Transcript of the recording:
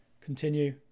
continue